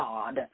God